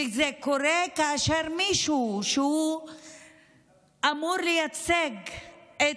וזה אמור לקרות כאשר מישהו שאמור לייצג את